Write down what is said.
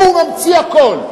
הוא ממציא הכול.